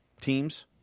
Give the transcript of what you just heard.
teams